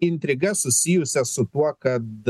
intrigas susijusias su tuo kad